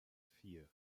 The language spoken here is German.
vier